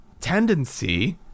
tendency